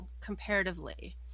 comparatively